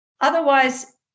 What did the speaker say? Otherwise